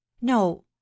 no